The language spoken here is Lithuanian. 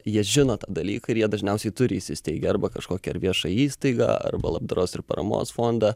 jie žino tą dalyką ir jie dažniausiai turi įsisteigę arba kažkokį ar viešą įstaigą arba labdaros ir paramos fondą